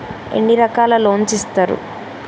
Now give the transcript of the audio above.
ఎన్ని రకాల లోన్స్ ఇస్తరు?